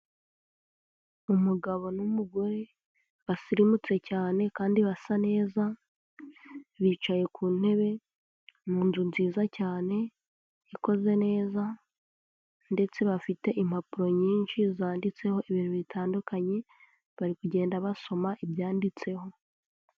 Umugabo n'umugore basirimutse cyane kandi basa neza, bicaye ku ntebe mu nzu nziza cyane, ikoze neza, ndetse bafite impapuro nyinshi zanditseho ibintu bitandukanye, bari kugenda basoma ibyanditseho.